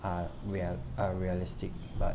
are real are realistic but